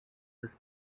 this